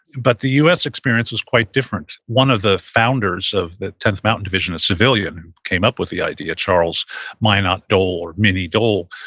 but the u s. experience was quite different one of the founders of the tenth mountain division, a civilian who came up with the idea, charles minot dole, or minnie dole,